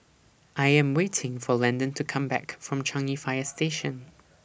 I Am waiting For Landon to Come Back from Changi Fire Station